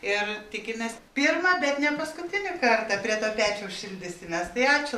ir tikimės pirmą bet ne paskutinį kartą prie to pečiaus šildysimės tai ačiū